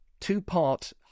two-part